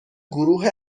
گروه